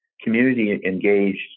community-engaged